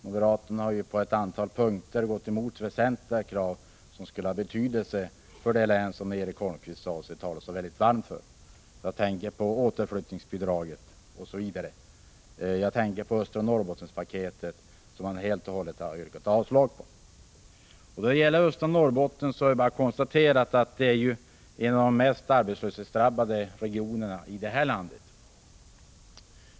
Moderaterna har ju på ett antal punkter gått emot väsentliga krav som skulle ha betydelse för det län som Erik Holmkvist talade så varmt för. Jag tänker på återflyttningsbidraget och östra Norrbottenspaketet, som man helt och hållet yrkat avslag på. Beträffande östra Norrbotten kan det bara konstateras att detta är en av de mest arbetslöshetsdrabbade regionerna i landet.